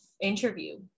interview